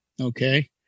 Okay